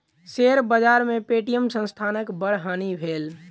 share बाजार में Paytm संस्थानक बड़ हानि भेल